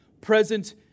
present